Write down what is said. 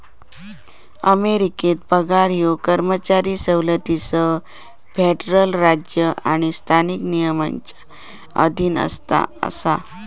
अमेरिकेत पगार ह्यो कर्मचारी सवलतींसह फेडरल राज्य आणि स्थानिक नियमांच्या अधीन असा